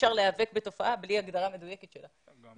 אדוני היושב ראש,